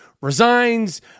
resigns